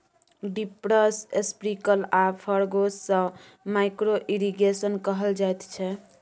drippers, sprinkle आ foggers सँ micro irrigation कहल जाइत छै